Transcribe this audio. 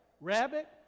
rabbit